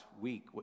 week